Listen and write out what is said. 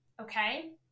okay